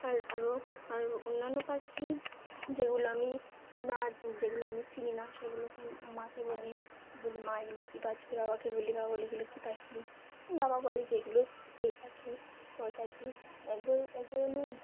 আর আরও আরও অন্যান্য পাখি যেগুলো আমি নাচ যেগুলো আমি চিনি না সেগুলোকে মাকে বলি বলি মা এগুলো কী পাখি বাবাকে বলি বা বলে এগুলো কী পাখি বাবা বলি যেগুলো এই পাখি ওই পাখি একবার একবার আমি